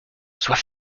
sois